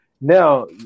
Now